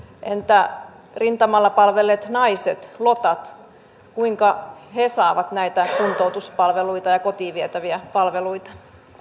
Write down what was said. entä rintamalla palvelleet naiset lotat kuinka he saavat näitä kuntoutuspalveluita ja kotiin vietäviä palveluita